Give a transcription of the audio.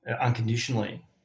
unconditionally